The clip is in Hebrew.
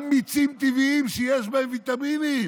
גם מיצים טבעיים שיש בהם ויטמינים,